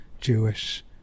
jewish